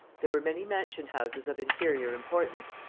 there were many mansion-houses of inferior importance,